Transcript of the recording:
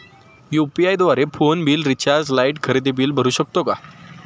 UPI द्वारे phone bill, recharge, light, खरेदी bill भरू शकतो का?